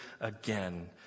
again